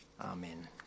Amen